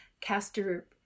castor